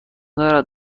دارد